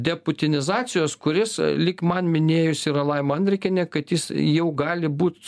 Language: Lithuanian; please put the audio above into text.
deputinizacijos kuris lyg man minėjus yra laima andrikienė kad jau gali būt